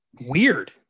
weird